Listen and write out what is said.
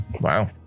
Wow